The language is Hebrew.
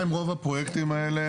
בינתיים רוב הפרויקטים האלה,